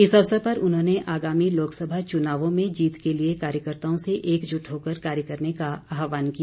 इस अवसर पर उन्होंने आगामी लोकसभा चुनावों में जीत के लिए कार्यकर्ताओं से एकजुट होकर कार्य करने का आहवान किया